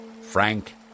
Frank